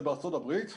זה בארצות הברית.